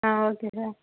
ah okay sir